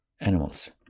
animals